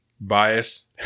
bias